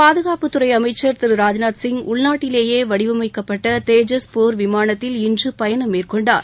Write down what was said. பாதுகாப்புத்துறை அமைச்சர் திரு ராஜ்நாத் சிங் உள்நாட்டிலேயே வடிமைக்கப்பட்ட தேஜஸ் போர் விமானத்தில் இன்று பயணம் மேற்கொண்டார்